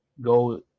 go